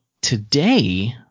today